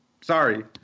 Sorry